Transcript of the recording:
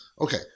Okay